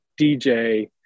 DJ